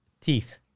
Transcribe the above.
Teeth